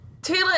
Taylor